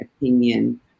opinion